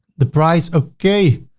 the price okay.